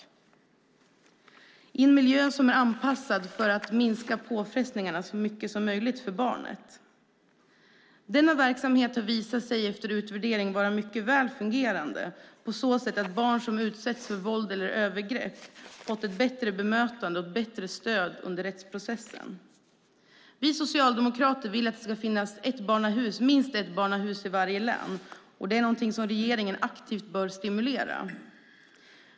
Det sker i en miljö som är anpassad för att i största möjliga mån minska påfrestningarna för barnet. Denna verksamhet har efter utvärdering visat sig vara mycket väl fungerande på så sätt att barn som utsatts för våld eller övergrepp fått ett bättre bemötande och ett bättre stöd under rättsprocessen. Vi socialdemokrater vill att det ska finnas minst ett barnahus i varje län, vilket regeringen aktivt bör stimulera.